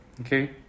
Okay